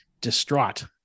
distraught